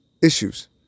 Issues